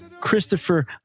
Christopher